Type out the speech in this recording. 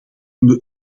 toen